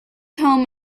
home